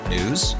News